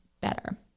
better